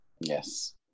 yes